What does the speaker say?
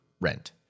rent